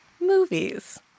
Movies